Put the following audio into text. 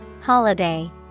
Holiday